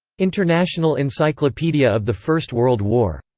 international encyclopedia of the first world war.